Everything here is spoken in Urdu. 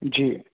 جی